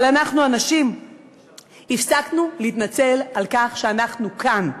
אבל אנחנו הנשים הפסקנו להתנצל על כך שאנחנו כאן.